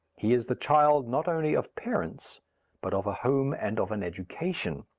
he is the child not only of parents but of a home and of an education.